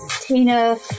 Tina